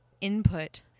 input